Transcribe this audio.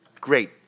Great